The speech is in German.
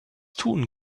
tun